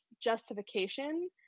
justification